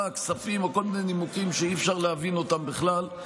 כספים וכל מיני נימוקים שאי-אפשר להבין אותם בכלל.